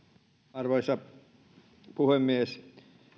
arvoisa puhemies